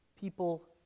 people